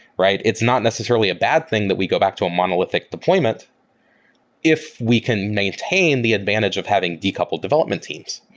right? it's not necessarily a bad thing that we go back to a monolithic deployment if we can maintain the advantage of having decoupled development teams.